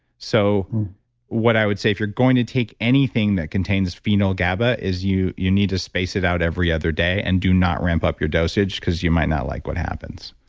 so what i would say, if you're going to take anything that contains phenyl-gaba is you you need to space it out every other day and do not ramp up your dosage because you might not like what happens